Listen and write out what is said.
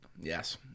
Yes